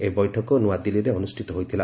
ଏହି ବୈଠକ ନୂଆଦିଲ୍ଲୀରେ ଅନୁଷ୍ଠିତ ହୋଇଥିଲା